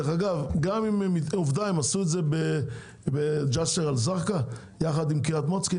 הם עשו את זה בג'זר א-זרקא עם קריית מוצקין,